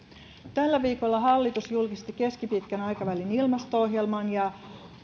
tällä viikolla hallitus julkisti keskipitkän aikavälin ilmasto ohjelman ja